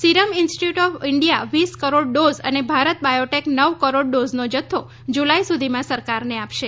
serum Institute of India વીસ crore dose અને Bharat Biotech નવ કરોડ ડોઝનો જથ્થો જુલાઈ સુધીમાં સરકારને આપશે